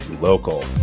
local